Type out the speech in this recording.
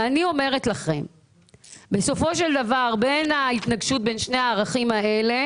אני אומרת לכם שבסופו של דבר בהתנגשות בין שני הערכים האלה